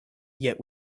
yet